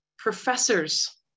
professors